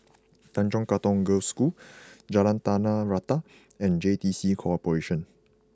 Tanjong Katong Girls' School Jalan Tanah Rata and J T C Corporation